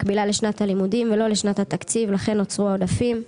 מקבילה לשנת הלימודים ולא לשנת התקציב לכן נוצרו העודפים.